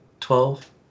twelve